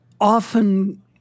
often